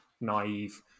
naive